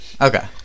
Okay